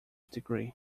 degree